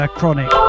Chronic